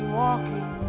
walking